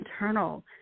internal